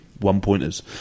one-pointers